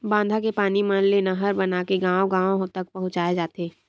बांधा के पानी मन ले नहर बनाके गाँव गाँव तक पहुचाए जाथे